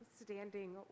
standing